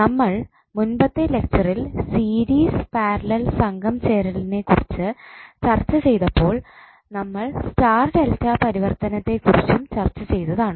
നമ്മൾ മുൻപത്തെ ലെക്ചറിൽ സീരീസ് പാരലൽ സംഘം ചേരലിനെകുറിച്ചു ചർച്ചചെയ്തപ്പോൾ നമ്മൾ സ്റ്റാർ ഡെൽറ്റ പരിവർത്തനത്തെ കുറിച്ചും ചർച്ച ചെയ്തതാണ്